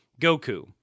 Goku